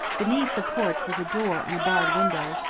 beneath the porch was a door and a barred window,